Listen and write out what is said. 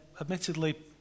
admittedly